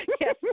Yes